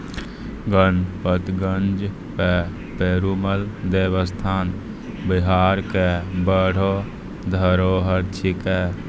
गणपतगंज के पेरूमल देवस्थान बिहार के बड़ो धरोहर छिकै